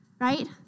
Right